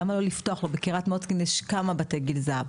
למה לא לפתוח לו בקריית מוצקין יש כמה בתי גיל זהב,